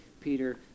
Peter